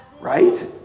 right